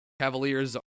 Cavaliers